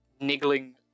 niggling